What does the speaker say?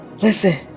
listen